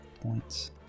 points